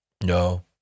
no